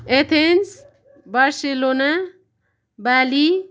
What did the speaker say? Athens Barcelona Bali